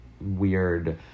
weird